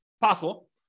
possible